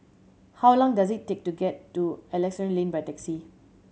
how long does it take to get to Alexandra Lane by taxi